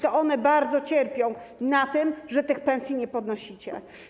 To one bardzo cierpią na tym, że tych pensji nie podnosicie.